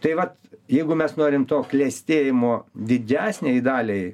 tai va jeigu mes norim to klestėjimo didžiasniai daliai